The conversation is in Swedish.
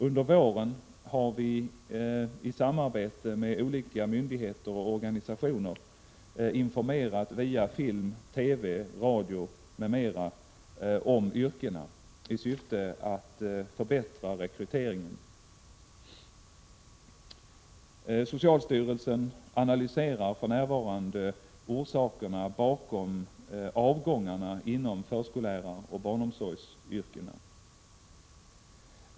Under våren har vi i samarbete med olika myndigheter och organisationer informerat via film, TV, radio m.m. om yrkena i syfte att förbättra rekryteringen.